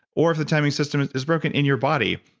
or if the timing system is broken in your body,